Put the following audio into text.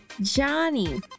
johnny